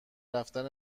رفتن